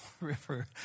river